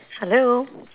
hello